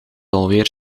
alweer